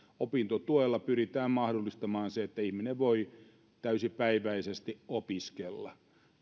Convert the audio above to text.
opintotuella pyritään mahdollistamaan se että ihminen voi täysipäiväisesti opiskella